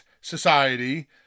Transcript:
society